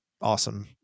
awesome